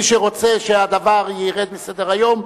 ומי שרוצה שהדבר ירד מסדר-היום,